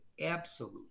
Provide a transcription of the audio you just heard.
absolute